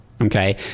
Okay